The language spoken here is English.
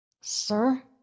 Sir